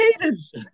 haters